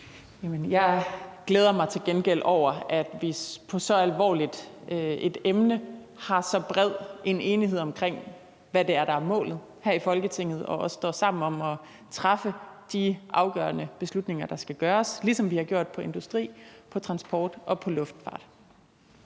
Jeg glæder mig til gengæld over, at vi på så alvorligt et emne har så bred en enighed her i Folketinget omkring, hvad det er, der er målet, og også står sammen om at træffe de afgørende beslutninger, der skal træffes, ligesom vi har gjort i forhold til industri, transport og luftfart.